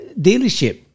dealership